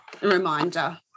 reminder